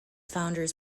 founders